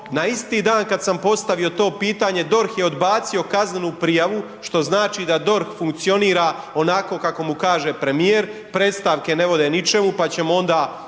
Na isti dan kad sam postavio to pitanje, DORH je odbacio kaznenu prijavu, što znači da DORH funkcionira onako kako mu kaže premijer, predstavke ne vode ničemu pa ćemo onda